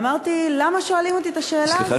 ואמרתי: למה שואלים אותי את השאלה הזאת?